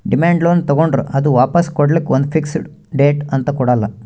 demand loan ತಗೋಂಡ್ರ್ ಅದು ವಾಪಾಸ್ ಕೊಡ್ಲಕ್ಕ್ ಒಂದ್ ಫಿಕ್ಸ್ ಡೇಟ್ ಅಂತ್ ಕೊಡಲ್ಲ